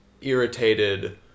irritated